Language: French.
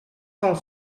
cent